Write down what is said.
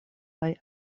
kaj